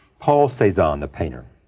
paul cezanne, the painter,